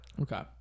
Okay